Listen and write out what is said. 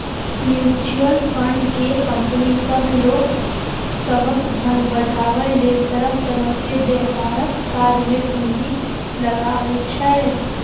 mutual fund केँ company सब लोक सभक धन बढ़ाबै लेल तरह तरह के व्यापारक काज मे पूंजी लगाबै छै